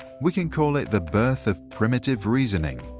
we can call it the birth of primitive reasoning.